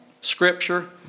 Scripture